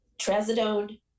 Trazodone